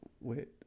wait